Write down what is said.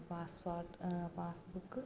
passport passbook